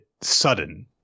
sudden